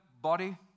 body